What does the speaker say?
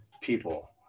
people